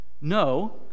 No